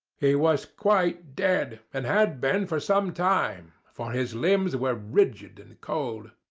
he was quite dead, and had been for some time, for his limbs were rigid and cold.